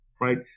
right